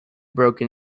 broken